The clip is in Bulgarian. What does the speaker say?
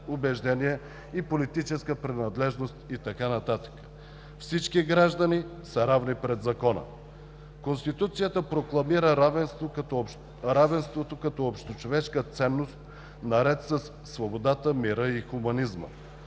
убеждение, политическа принадлежност и така нататък. Всички граждани са равни пред Закона. Конституцията прокламира равенството като общочовешка ценност наред със свободата, мира и хуманизма.